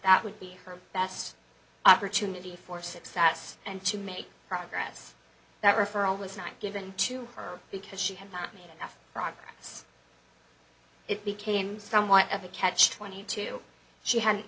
that would be her best opportunity for success and to make progress that referral was not given to her because she had bought me off progress it became somewhat of a catch twenty two she hadn't